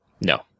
No